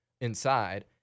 inside